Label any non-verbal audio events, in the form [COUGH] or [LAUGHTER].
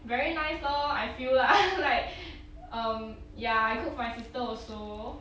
very nice lor I feel lah [LAUGHS] like um ya I cook for my sister also